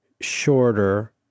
shorter